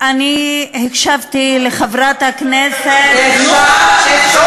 אני הקשבתי לחברת הכנסת, אי-אפשר.